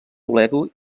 toledo